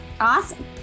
awesome